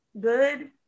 good